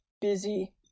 Busy